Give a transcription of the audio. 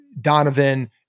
Donovan